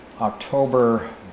October